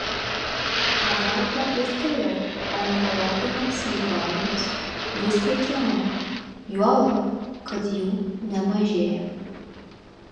pagalba ir toliau onkologiniams ligoniams bus teikiama juolab kad jų nemažėja